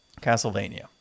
Castlevania